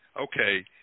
okay